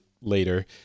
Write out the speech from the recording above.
later